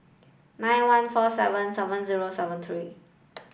nine one four seven seven zero seven three